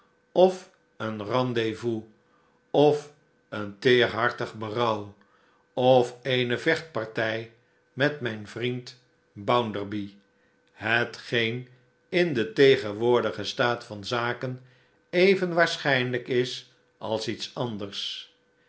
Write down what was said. o u s of een teerhartig berouw of eene vechtpartij met mijn vriend bounderby hetgeen in den tegenwoordigen staat van zaken even waarschijnlijk is als iets anders